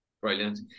Brilliant